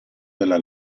della